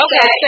Okay